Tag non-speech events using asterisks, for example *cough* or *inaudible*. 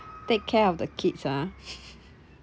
take care of the kids ah *laughs*